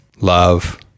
love